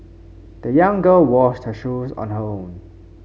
the young girl washed her shoes on her own